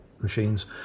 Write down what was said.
machines